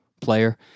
player